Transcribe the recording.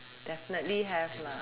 definitely have lah